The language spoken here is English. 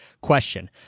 question